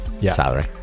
salary